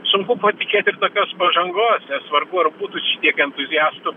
sunku buvo tikėtis tokios pažangos nesvarbu ar būtų šitiek entuziastų